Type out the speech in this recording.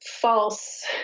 false